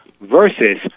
versus